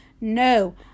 No